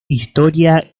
historia